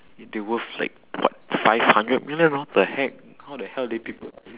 they're worth like what five hundred million what the heck how the hell did people